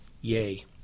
yay